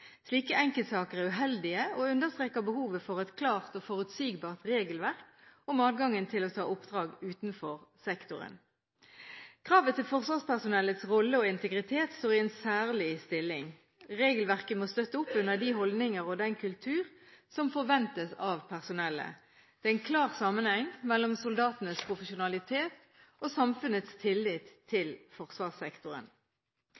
Slike enkeltsaker er uheldige og understreker behovet for et klart og forutsigbart regelverk om adgangen til å ta oppdrag utenfor sektoren. Kravet til forsvarspersonellets rolle og integritet står i en særlig stilling. Regelverket må støtte opp under de holdninger og den kultur som forventes av personellet. Det er en klar sammenheng mellom soldatenes profesjonalitet og samfunnets tillit